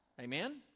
Amen